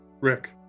Rick